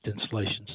installations